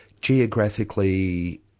geographically